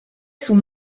son